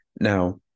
Now